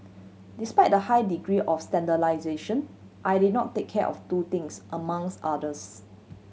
despite the high degree of I did not take care of two things among others